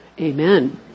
Amen